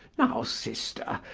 now sister,